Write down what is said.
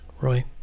Roy